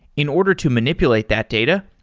in order to manipulate that data,